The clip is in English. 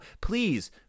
please—